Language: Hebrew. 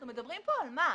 אנחנו מדברים פה על מס.